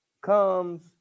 comes